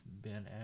Ben